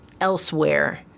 elsewhere